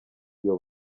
iyo